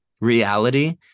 reality